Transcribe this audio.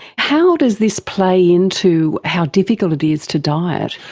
how does this play into how difficult it is to diet?